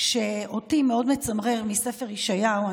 שאותי מאוד מצמרר מספר ישעיהו.